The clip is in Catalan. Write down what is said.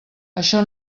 això